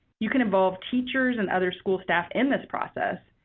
you can involve teachers and other school staff in this process.